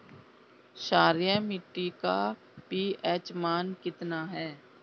क्षारीय मीट्टी का पी.एच मान कितना ह?